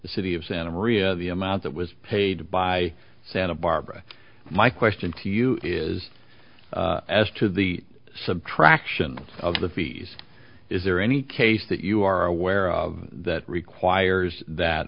the city of santa maria the amount that was paid by santa barbara my question to you is as to the subtraction of the fees is there any case that you are aware of that requires that